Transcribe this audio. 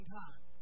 time